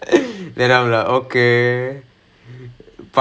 பண்ணட்டும் பண்ணட்டும்:pannattum pannattum பண்ணட்டும் பண்ணட்டும்:pannattum pannattum